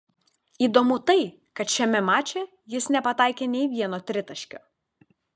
įdomu tai kad šiame mače jis nepataikė nei vieno tritaškio